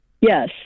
Yes